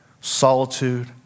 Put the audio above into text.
solitude